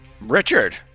Richard